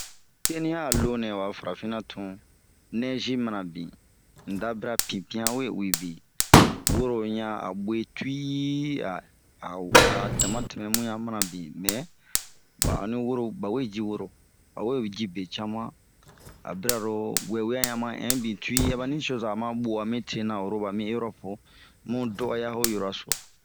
Kɛniya a lonɛ ho a farafina tun, nɛzi manabin, unda bara pinpian we uwi bin. Woro ɲan a gue tuwii a aho dama tɛmɛ bun ɲa manabin. Mɛɛ ba ani woro ,ba we yi woro ba we yi be cama,a bira ro wewia ɲa ma ɛnh bin tuwiii a ba nicoza ma gwu'aa mite na oro ba mi erɔpu, bun dɔ'ɔya ho yɔrɔso.